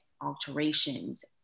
alterations